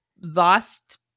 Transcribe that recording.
lost